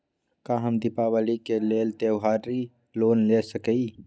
का हम दीपावली के लेल त्योहारी लोन ले सकई?